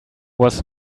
was